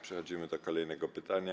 Przechodzimy do kolejnego pytania.